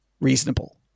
reasonable